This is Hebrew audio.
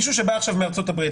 מישהו שבא עכשיו מארצות הברית,